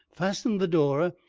fastened the door,